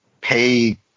pay